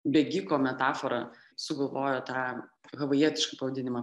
bėgiko metaforą sugalvojo tą havajietišką pavadinimą